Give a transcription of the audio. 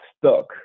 stuck